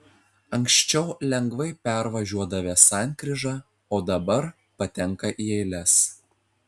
anksčiau lengvai pervažiuodavę sankryžą o dabar patenka į eiles